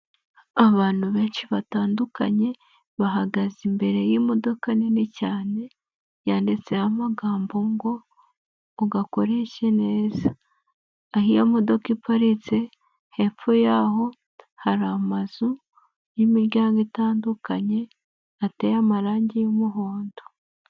Abantu benshi batandukanye, bahagaze imbere y'imodoka nini cyane, yanditse amagambo ngo ugakoreshe neza, aho iyo modoka iparitse hepfo y'aho hari amazu y'imiryango itandukanye, ateye amarangi y'umuhondo.